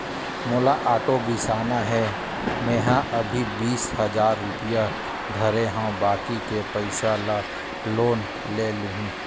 मोला आटो बिसाना हे, मेंहा अभी बीस हजार रूपिया धरे हव बाकी के पइसा ल लोन ले लेहूँ